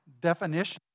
definition